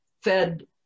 fed